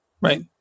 Right